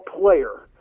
player